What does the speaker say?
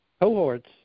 cohorts